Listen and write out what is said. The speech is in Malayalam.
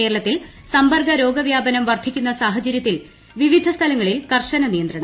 കേരളത്തിൽ സമ്പർക്കരോഗ വ്യാപനം വർദ്ധിക്കുന്ന് സാഹചരൃത്തിൽ വിവിധ സ്ഥലങ്ങളിൽ കർശന നിയന്ത്രണം